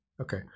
Okay